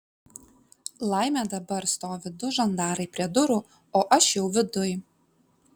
laimė dabar stovi du žandarai prie durų o aš jau viduj